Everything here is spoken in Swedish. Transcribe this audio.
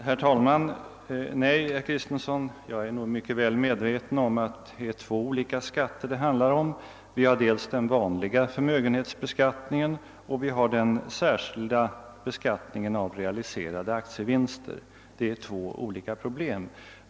Herr talman! Nej, herr Kristenson, jag är mycket väl medveten om att det är två olika skatter det handlar om. Vi har dels den vanliga förmögenhetsbeskattningen och dels den särskilda beskattningen av realiserade aktievinster. Det är två olika saker.